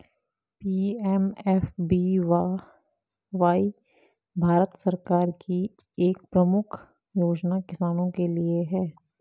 PMFBY Bharat सरकार की एक प्रमुख योजना किसानों के लिए है